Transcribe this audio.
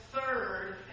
third